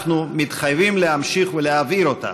אנחנו מתחייבים להמשיך ולהבעיר אותה.